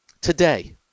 today